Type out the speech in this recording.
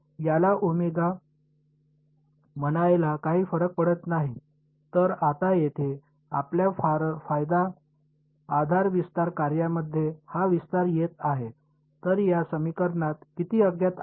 तर आता येथे आपल्या फायचा आधार विस्तार कार्यामध्ये हा विस्तार येत आहे तर या समीकरणात किती अज्ञात आहेत